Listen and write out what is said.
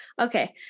Okay